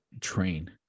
train